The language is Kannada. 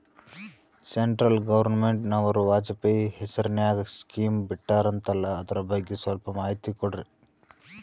ಸೆಂಟ್ರಲ್ ಗವರ್ನಮೆಂಟನವರು ವಾಜಪೇಯಿ ಹೇಸಿರಿನಾಗ್ಯಾ ಸ್ಕಿಮ್ ಬಿಟ್ಟಾರಂತಲ್ಲ ಅದರ ಬಗ್ಗೆ ಸ್ವಲ್ಪ ಮಾಹಿತಿ ಕೊಡ್ರಿ?